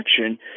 action